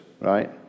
right